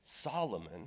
Solomon